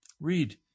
Read